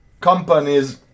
companies